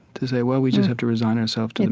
to say, well, we just have to resign ourselves to the